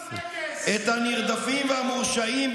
את הנרדפים והמורשעים,